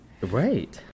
Right